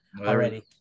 already